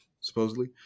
supposedly